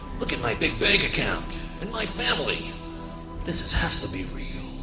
look at my big bank account and my family this has has to be real.